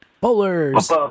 Bowlers